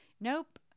nope